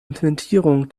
implementierung